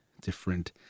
different